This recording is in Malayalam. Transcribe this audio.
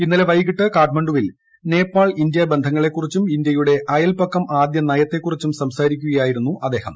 ഇന്നലെ വൈകിട്ട് കാഠ്മണ്ഡൂപ്പിൽ നേപ്പാൾ ഇന്ത്യ ബന്ധങ്ങളെക്കുറിച്ചും ഇന്ത്യയുടെ അയൽപക്കം ആദ്യു നെയ്ത്തെക്കുറിച്ചും സംസാരിക്കുകയായിരുന്നും അദ്ദേഹം